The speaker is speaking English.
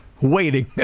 waiting